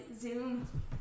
zoom